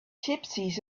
gypsies